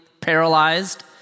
paralyzed